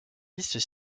listes